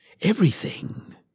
Everything